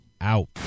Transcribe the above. out